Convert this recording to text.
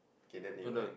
K then they will earn